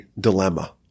dilemma